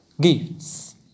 gifts